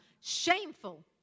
Shameful